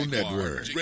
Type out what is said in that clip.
Network